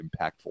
impactful